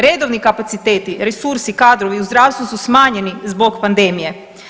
Redovni kapaciteti, resursi, kadrovi u zdravstvu su smanjeni zbog pandemije.